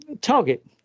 target